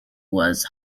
was